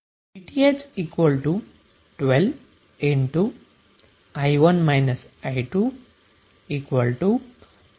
VTh 12 12 0